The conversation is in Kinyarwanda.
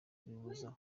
bibuza